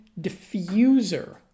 diffuser